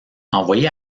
envoyé